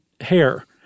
hair